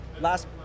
last